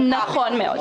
נכון מאוד.